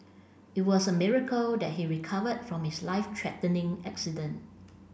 it was a miracle that he recovered from his life threatening accident